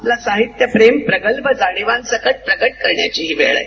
आपलं साहित्य प्रेम प्रगल्भ जाणिवांसकट प्रकट करण्याची ही वेळ आहे